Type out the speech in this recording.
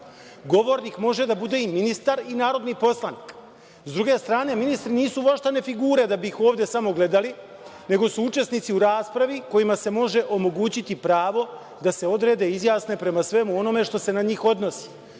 Govornik može da bude i ministar i narodni poslanik. Sa druge strane, ministri nisu voštane figure da bi ih ovde samo gledali, nego su učesnici u raspravi kojima se može omogućiti pravo da se odrede, izjasne, prema svemu onome što se na njih odnosi.